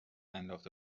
انداخته